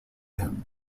him